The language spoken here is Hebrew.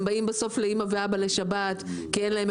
הם באים בסוף לאמא ולאבא לשבת כי אין להם